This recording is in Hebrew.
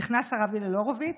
נכנס הרב הלל הורוביץ,